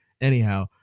anyhow